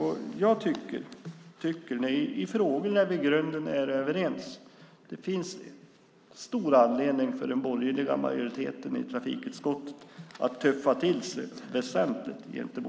I frågor där vi i grunden är överens tycker jag att det finns stor anledning för den borgerliga majoriteten i trafikutskottet att tuffa till sig väsentligt gentemot regeringen.